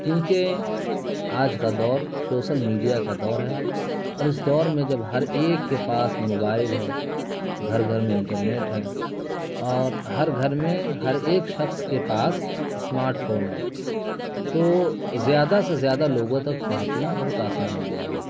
کیوںکہ آج کا دور شوسل میڈیا کا دور ہے اور اس دور میں جب ہر ایک کے پاس موبائل ہے گھر گھر میں انٹرنیٹ ہے اور ہر گھر میں ہر ایک شخص کے پاس اسمارٹ فون ہے تو زیادہ سے زیادہ لوگوں تک پہنچنا بہت آسان ہو گیا ہے